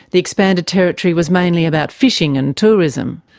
the expanded territory was mainly about fishing and tourism.